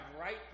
right